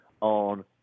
on